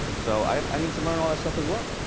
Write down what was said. so i need to learn all that stuff as well.